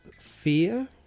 fear